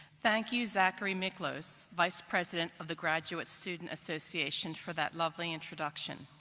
thank you zachary miklos, vice president of the graduate student association, for that lovely introduction.